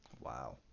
Wow